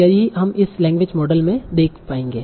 यही हम इस लैंग्वेज मॉडल में देख पाएंगे